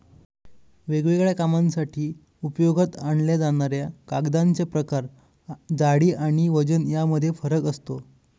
वेगवेगळ्या कामांसाठी उपयोगात आणल्या जाणाऱ्या कागदांचे प्रकार, जाडी आणि वजन यामध्ये फरक असतो